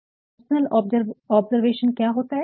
तो personal observation क्या होता है